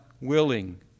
willing